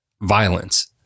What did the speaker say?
violence